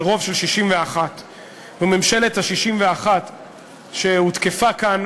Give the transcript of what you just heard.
של רוב של 61. זו ממשלת ה-61 שהותקפה כאן,